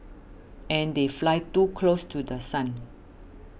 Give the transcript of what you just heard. and they fly too close to The Sun